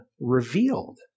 revealed